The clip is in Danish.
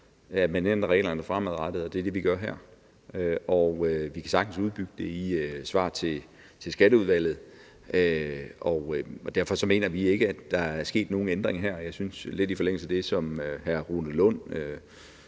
at man ændrer reglerne fremadrettet, og det er det, vi gør her. Og vi kan sagtens udbygge det i et svar til Skatteudvalget, og derfor mener vi ikke, at der er sket nogen ændring her. Og lidt i forlængelse af det, som hr. Rune Lund